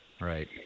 Right